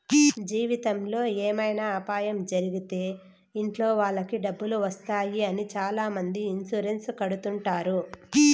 జీవితంలో ఏమైనా అపాయం జరిగితే ఇంట్లో వాళ్ళకి డబ్బులు వస్తాయి అని చాలామంది ఇన్సూరెన్స్ కడుతుంటారు